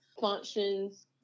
functions